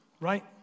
right